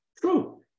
true